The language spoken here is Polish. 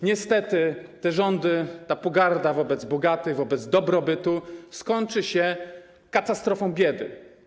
Niestety te rządy, ta pogarda wobec bogatych, wobec dobrobytu skończy się katastrofą biedy.